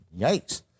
Yikes